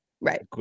Right